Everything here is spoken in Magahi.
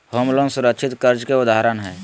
होम लोन सुरक्षित कर्ज के उदाहरण हय